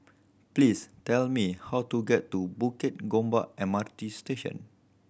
please tell me how to get to Bukit Gombak M R T Station